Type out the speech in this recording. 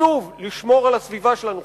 חשוב לשמור על הסביבה שלנו,